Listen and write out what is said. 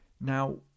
Now